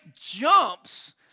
jumps